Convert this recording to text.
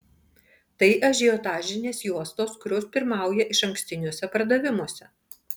tai ažiotažinės juostos kurios pirmauja išankstiniuose pardavimuose